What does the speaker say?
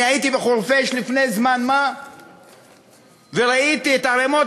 הייתי בחורפיש לפני זמן מה וראיתי את ערמות